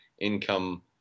income